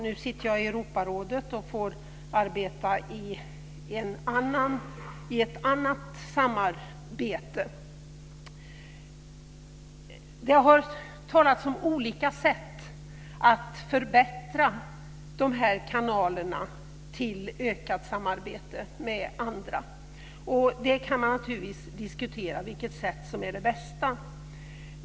Nu sitter jag i Europarådet och får delta i ett annat samarbete. Det har talats om olika sätt att förbättra de här kanalerna till ökat samarbete med andra, och man kan naturligtvis diskutera vilket sätt som är det bästa.